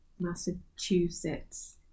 Massachusetts